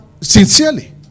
sincerely